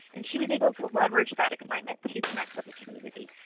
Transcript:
and she was able to leverage that excitement to connect with the community.